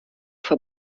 für